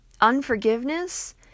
Unforgiveness